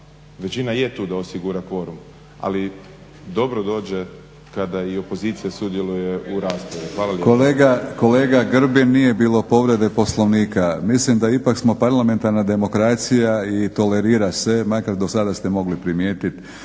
većina je tu da osigura kvorum ali dobro dođe kada i opozicija sudjeluje u raspravi. Hvala lijepo. **Batinić, Milorad (HNS)** Kolega Grbin, nije bilo povrede Poslovnika. Mislim da ipak smo parlamentarna demokracija i tolerira se, makar do sada ste mogli primijetit